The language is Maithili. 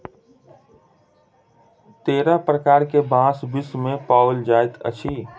तेरह प्रकार के बांस विश्व मे पाओल जाइत अछि